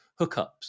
hookups